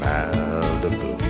Malibu